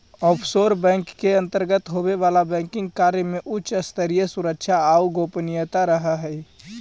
offshore bank के अंतर्गत होवे वाला बैंकिंग कार्य में उच्च स्तरीय सुरक्षा आउ गोपनीयता रहऽ हइ